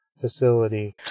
facility